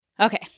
Okay